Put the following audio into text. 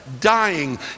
dying